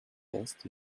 best